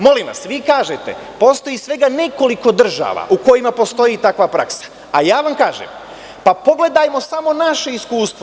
Molim vas, vi kažete da postoji svega nekoliko država u kojima postoji takva praksa, a ja vam kažem da pogledamo samo naše iskustvo.